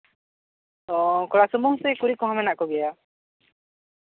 ᱚᱸᱻ ᱠᱚᱲᱟ ᱥᱩᱢᱩᱝ ᱥᱮ ᱠᱩᱲᱤ ᱠᱚᱦᱚᱸ ᱢᱮᱱᱟᱜ ᱠᱚ ᱜᱮᱭᱟ